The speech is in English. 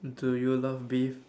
do you love beef